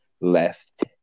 left